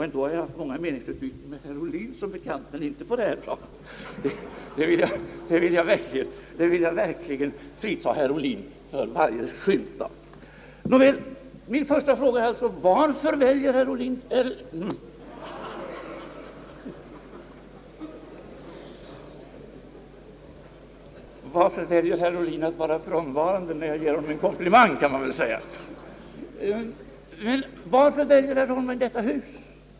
Ändå har jag haft många meningsutbyten med herr Ohlin, men jag vill frita herr Ohlin från varje skymt av misstanke att bära sig åt på samma sätt. Varför väljer herr Holmberg ut detta hus?